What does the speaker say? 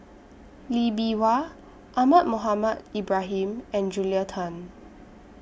Lee Bee Wah Ahmad Mohamed Ibrahim and Julia Tan